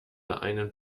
einen